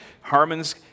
Harmon's